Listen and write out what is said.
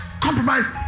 compromise